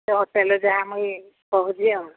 ସେ ହୋଟେଲ୍ରେ ଯାହା ମୁଇଁ କହୁୁଛି ଆଉ